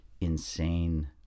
insane